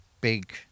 big